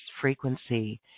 frequency